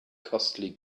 costly